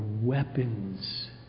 weapons